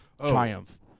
Triumph